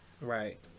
Right